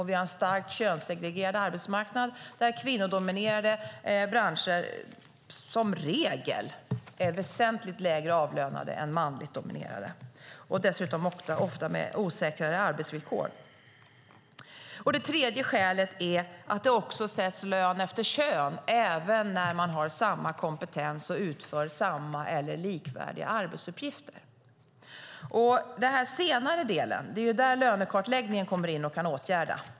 Vi har en starkt könssegregerad arbetsmarknad där kvinnodominerade branscher som regel är väsentligt mindre avlönade än manligt dominerade och dessutom ofta med osäkrare arbetsvillkor. Det tredje skälet är att det också sätts lön efter kön, även när man har samma kompetens och utför samma eller likvärdiga arbetsuppgifter. Det är i den senare delen som lönekartläggningen kommer in och kan åtgärda.